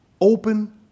open